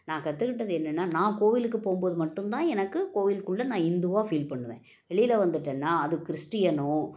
நான் கற்றுக்கிட்டது என்னன்னா நான் கோவிலுக்குப் போகும்போது மட்டும் தான் எனக்கு கோவில்க்குள்ளே நான் இந்துவாக ஃபீல் பண்ணுவேன் வெளியில வந்துவிட்டேன்னா அது கிறிஸ்டியன்னோ